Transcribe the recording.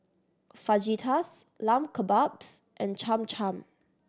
Fajitas Lamb Kebabs and Cham Cham